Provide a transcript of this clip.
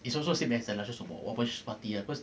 it's also same as the largest opp~ opposition party lah